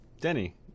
Denny